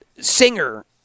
singer